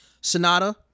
Sonata